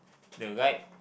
the right